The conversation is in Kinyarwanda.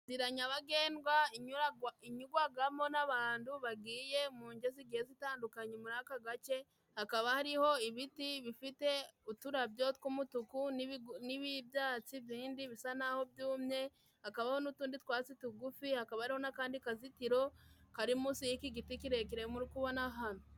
Inzira nyabagendwa inyugwagamo n'abandu bagiye mu nce zigiye zitandukanye muri aka gace, hakaba hariho ibiti bifite uturabyo tw'umutuku n'ibyatsi bindi bisa n'aho byumye, hakabaho n'utundi twatsi tugufi, hakaba hari n'akandi kazitiro kari munsi y'iki giti kirekire muri kubona hano.